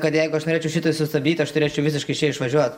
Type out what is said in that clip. kad jeigu aš norėčiau šitai sustabdyt tai aš turėčiau visiškai iš čia išvažiuot